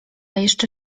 jeszcze